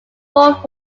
world